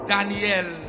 Daniel